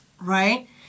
right